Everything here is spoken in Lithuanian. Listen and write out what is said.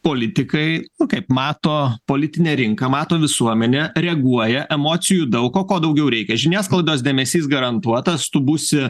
politikai kaip mato politinę rinką mato visuomenė reaguoja emocijų daug o ko daugiau reikia žiniasklaidos dėmesys garantuotas tu būsi